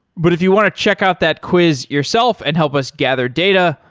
but if you want to check out that quiz yourself and help us gather data,